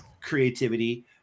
creativity